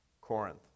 Corinth